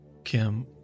Kim